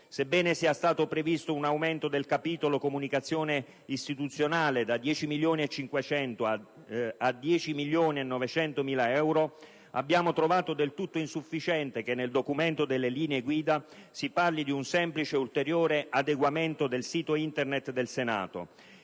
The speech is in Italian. Sebbene sia stato previsto un aumento del capitolo comunicazione istituzionale, da 10.500.000 euro e 10.900.000 euro, abbiamo trovato del tutto insufficiente che nel documento delle linee guida si parli di un semplice ed ulteriore adeguamento del sito Internet del Senato.